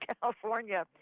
California